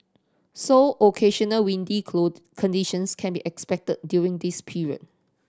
so occasional windy conditions can be expect during this period